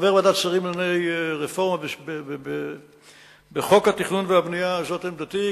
כחבר ועדת השרים לענייני רפורמה בחוק התכנון והבנייה זאת עמדתי,